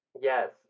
Yes